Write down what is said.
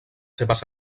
seves